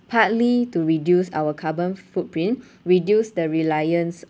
partly to reduce our carbon footprint reduce the reliance